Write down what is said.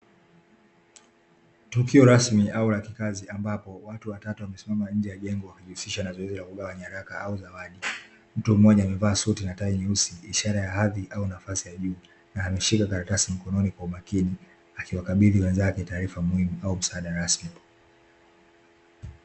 Tukio rasmi au la kikazo, ambapo watu watatu wamesimama nnje ya jengo linalojihusisha na kugawa nyaraka au zawadi. Mtu mmoja amevaa suti na tai nyeusi ikiashiria hadhi au nafasi ya juu na akishika karats mkononi kwa makini, akiwakabidhi wenzake taarifa muhimu au mswada rasmi.